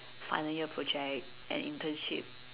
final year project and internship